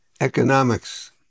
Economics